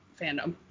fandom